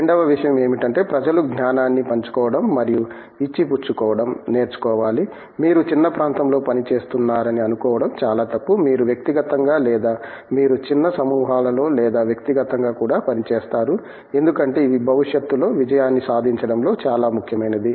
రెండవ విషయం ఏమిటంటే ప్రజలు జ్ఞానాన్ని పంచుకోవడం మరియు ఇచ్చి పుచ్చుకోవడం నేర్చుకోవాలి మీరు చిన్న ప్రాంతంలో పనిచేస్తున్నారని అనుకోవడం చాలా తప్పు మీరు వ్యక్తిగతంగా లేదా మీరు చిన్న సమూహాలలో లేదా వ్యక్తిగతంగా కూడా పని చేస్తారు ఎందుకంటే ఇవి భవిష్యత్తులో విజయాన్ని సాధించడంలో చాలా ముఖ్యమైనది